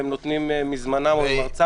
והם נותנים מזמנם וממרצם.